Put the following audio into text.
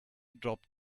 drop